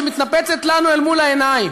שמתנפצת לנו אל מול העיניים,